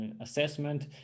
assessment